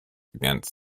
against